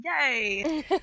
Yay